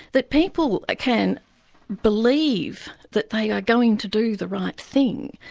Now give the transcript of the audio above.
that people can believe that they are going to do the right thing,